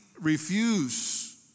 refuse